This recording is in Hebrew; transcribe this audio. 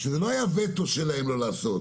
שזה לא היה וטו שלהם לא לעשות.